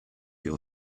your